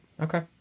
Okay